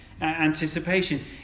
anticipation